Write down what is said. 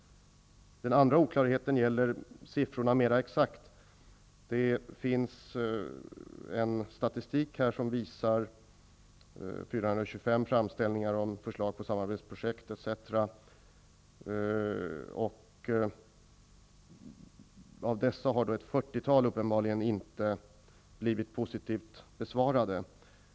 Den andra oklarheten gäller själva siffrorna. Enligt statistik har BITS fått 425 framställningar och förslag på samarbetsprojekt. Av dessa har ett fyrtiotal uppenbarligen inte blivit positivt besvarade.